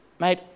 mate